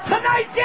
Tonight